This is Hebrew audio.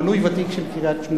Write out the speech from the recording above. מנוי ותיק בקריית-שמונה,